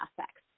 aspects